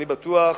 אני בטוח